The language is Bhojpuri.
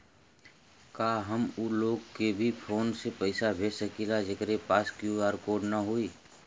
का हम ऊ लोग के भी फोन से पैसा भेज सकीला जेकरे पास क्यू.आर कोड न होई?